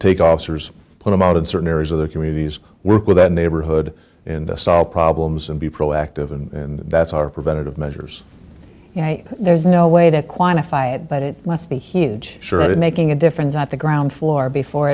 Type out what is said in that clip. take officers put them out in certain areas of their communities work with that neighborhood and solve problems and be proactive and that's our preventative measures there's no way to quantify it but it must be huge sure i did making a difference at the ground floor before